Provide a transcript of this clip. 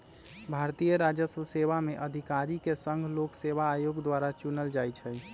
भारतीय राजस्व सेवा में अधिकारि के संघ लोक सेवा आयोग द्वारा चुनल जाइ छइ